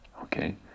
okay